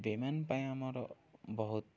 ବିମାନ ପାଇଁ ଆମର ବହୁତ